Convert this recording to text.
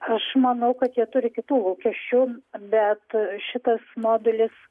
aš manau kad jie turi kitų lūkesčių bet šitas modelis